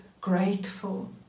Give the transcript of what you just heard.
grateful